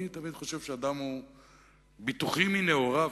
אני תמיד חושב שאדם הוא ביטוחי מנעוריו,